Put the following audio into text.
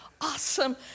awesome